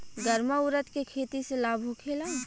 गर्मा उरद के खेती से लाभ होखे ला?